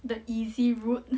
the easy route